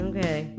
Okay